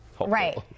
right